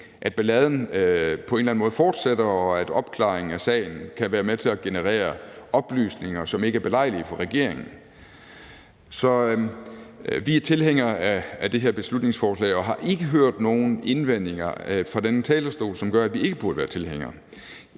at balladen på en eller anden måde fortsætter, og at opklaringen af sagen kan være med til at generere oplysninger, som ikke er belejlige for regeringen. Så vi er tilhængere af det her beslutningsforslag og har ikke hørt nogen indvendinger fra denne talerstol, som gør, at vi ikke burde være tilhængere.